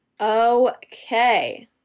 Okay